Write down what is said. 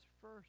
first